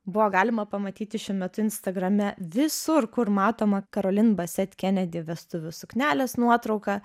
buvo galima pamatyti šiuo metu instagrame visur kur matoma karolin baset kenedi vestuvių suknelės nuotrauką